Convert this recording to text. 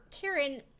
Karen